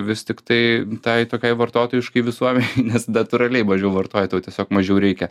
vis tiktai tai tokiai vartotojiškai visuomenei nes natūraliai mažiau vartoji tau tiesiog mažiau reikia